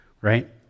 right